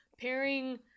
Pairing